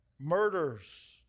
murders